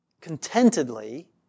contentedly